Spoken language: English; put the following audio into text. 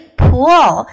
pool